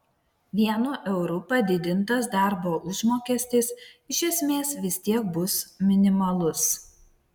vienu euru padidintas darbo užmokestis iš esmės vis tiek bus minimalus